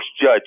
judge